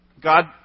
God